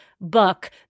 book